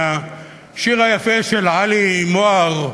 מהשיר היפה של עלי מוהר,